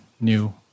new